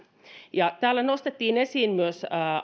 täällä nostettiin esiin myös